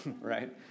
right